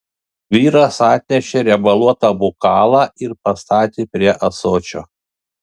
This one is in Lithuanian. vyras atnešė riebaluotą bokalą ir pastatė prie ąsočio